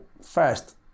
first